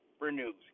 renews